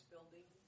building